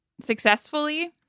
successfully